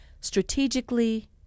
strategically